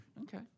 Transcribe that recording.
Okay